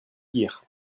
pear